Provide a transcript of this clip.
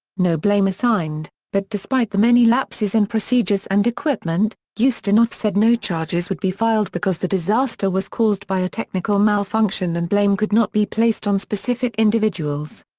no blame assigned but despite the many lapses in procedures and equipment, ustinov said no charges would be filed because the disaster was caused by a technical malfunction and blame could not be placed on specific individuals.